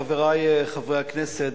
חברי חברי הכנסת,